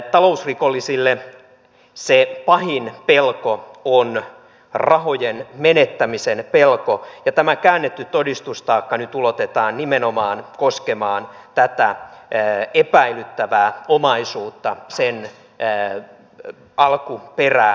talousrikollisille se pahin pelko on rahojen menettämisen pelko ja tämä käännetty todistustaakka nyt ulotetaan nimenomaan koskemaan tätä epäilyttävää omaisuutta sen alkuperää